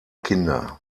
kinder